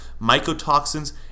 mycotoxins